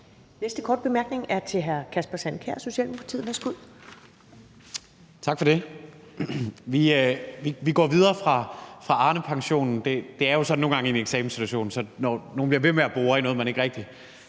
næste korte bemærkning er til hr. Kasper Sand Kjær, Socialdemokratiet. Værsgo. Kl. 10:50 Kasper Sand Kjær (S): Tak for det. Vi går videre fra Arnepensionen – det er jo nogle gange sådan i en eksamenssituation, når nogle bliver ved med at bore i noget, man måske ikke rigtig